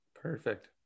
Perfect